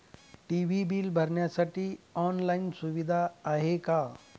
TV bill भरण्यासाठी online सुविधा आहे का?